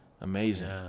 Amazing